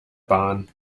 bahn